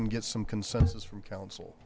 and get some consensus from counsel